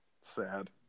Sad